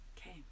Okay